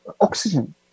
oxygen